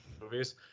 movies